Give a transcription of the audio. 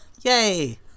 Yay